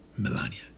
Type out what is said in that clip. Melania